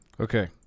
okay